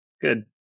Good